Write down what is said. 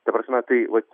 ta prasme tai vat